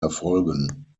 erfolgen